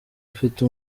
ufite